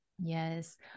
Yes